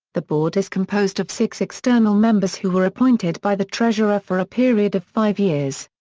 the board is composed of six external members who are appointed by the treasurer for a period of five years.